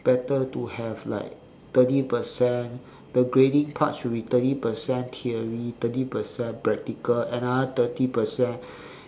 better to have like thirty percent the grading part should be thirty percent theory thirty percent practical another thirty percent